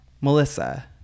Melissa